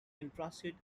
interested